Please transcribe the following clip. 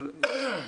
רם,